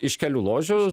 iš kelių ložių